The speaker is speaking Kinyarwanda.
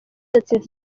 yatsinze